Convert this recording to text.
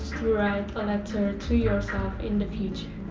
to write a letter to yourself in the future.